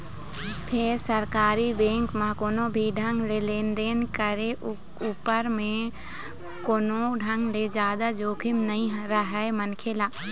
फेर सरकारी बेंक म कोनो भी ढंग ले लेन देन के करे उपर म कोनो ढंग ले जादा जोखिम नइ रहय मनखे ल